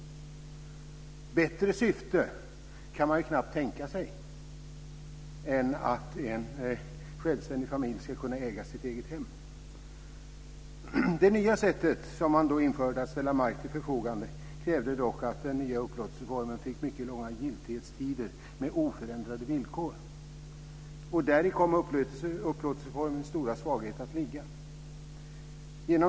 Bättre syfte kan man knappt tänka sig än att en självständig familj ska kunna äga sitt eget hem. Det nya sättet man införde att ställa mark till förfogande krävde dock att den nya upplåtelseformen fick mycket långa giltighetstider med oförändrade villkor. Däri kom upplåtelseformens stora svaghet att ligga.